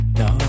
no